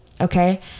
okay